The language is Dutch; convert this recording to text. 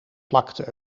plakte